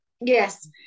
Yes